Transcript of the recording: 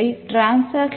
D F